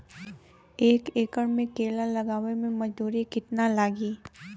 एक एकड़ में केला लगावे में मजदूरी कितना लागी?